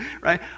right